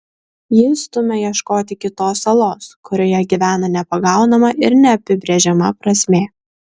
ji stumia ieškoti kitos salos kurioje gyvena nepagaunama ir neapibrėžiama prasmė